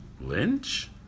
Lynch